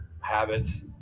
habits